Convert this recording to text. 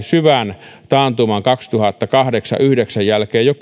syvän taantuman kaksituhattakahdeksan viiva kaksituhattayhdeksän jälkeen jo